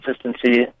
consistency